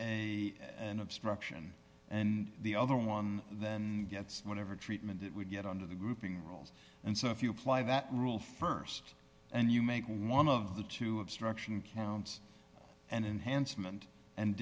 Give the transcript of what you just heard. a an obstruction and the other one then gets whatever treatment it would get under the grouping rules and so if you apply that rule st and you make one of the two obstruction counts and enhancement and